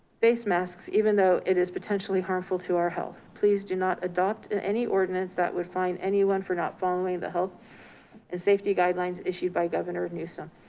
face masks, even though it is potentially harmful to our health? please do not adopt and any ordinance that would fine anyone for not following the health and safety guidelines issued by governor newsom.